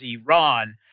Iran